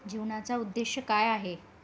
जीवनाचा उद्देश काय आहे